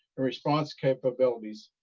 response capabilities.